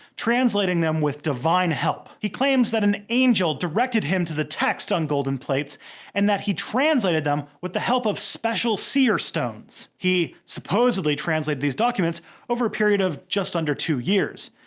translating them with divine help. he claims that an angel directed him to the texts on golden plates and that he translated them with the help of special seer stones. he supposedly translated these documents over a period of just under two years,